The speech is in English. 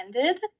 ended